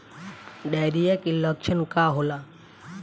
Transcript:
Diarrhoea के लक्षण का होला?